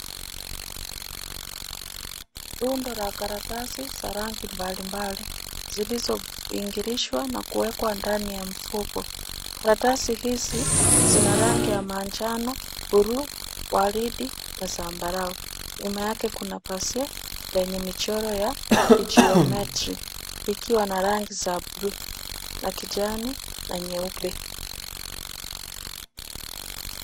Rundo la karatasi za rangi mbalimbali zilizobiringishwa na kuwekwa ndani ya mfuko. Karatasi hizi zina rangi ya manjano, bluu, waridi na zambarau. Nyuma yake kuna pazia yenye michoro ya kijiometirik, ikiwa na rangi za bluu na kijani na nyeupe.